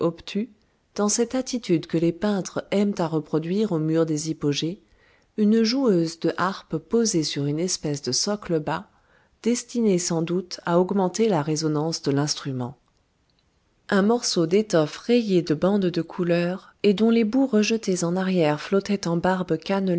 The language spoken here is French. dans cette attitude que les peintres aiment à reproduire aux murs des hypogées une joueuse de harpe posée sur une espèce de socle bas destiné sans doute à augmenter la résonance de l'instrument un morceau d'étoffe rayé de bandes de couleur et dont les bouts rejetés en arrière flottaient en barbes